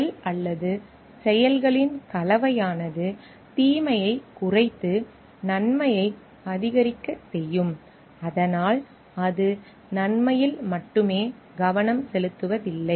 செயல் அல்லது செயல்களின் கலவையானது தீமையைக் குறைத்து நன்மையை அதிகரிக்கச் செய்யும் அதனால் அது நன்மையில் மட்டும் கவனம் செலுத்துவதில்லை